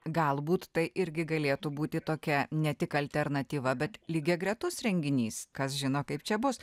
galbūt tai irgi galėtų būti tokia ne tik alternatyva bet lygiagretus renginys kas žino kaip čia bus